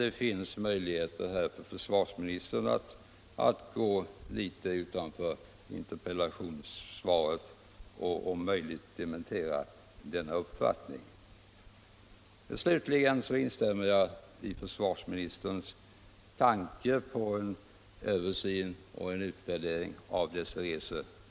Det finns möjligheter, herr försvarsminister, att gå litet utanför interpellationssvaret och om möjligt dementera denna uppfattning. Slutligen instämmer jag i försvarsministerns tanke på översyn och utvärdering av dessa resor.